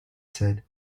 said